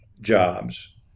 jobs